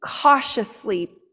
cautiously